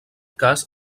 cas